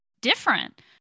different